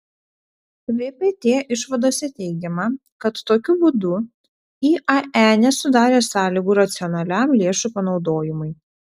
vpt išvadose teigiama kad tokiu būdu iae nesudarė sąlygų racionaliam lėšų panaudojimui